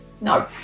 No